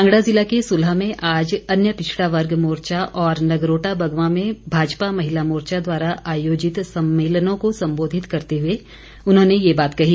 कांगड़ा जिला के सुलह में आज अन्य पिछड़ा वर्ग मोर्चा और नगरोटा बगवां में भाजपा महिला मोर्चा द्वारा आयोजित सम्मेलनों को संबोधित करते हुए उन्होंने ये बात कही